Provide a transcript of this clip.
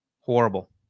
horrible